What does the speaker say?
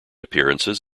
appearances